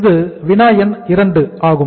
இது வினா எண் 2 ஆகும்